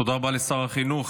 תודה רבה לשר החינוך.